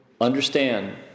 understand